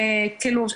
כאילו,